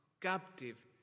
captive